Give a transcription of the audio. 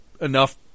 enough